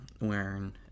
wearing